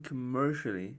commercially